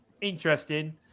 interesting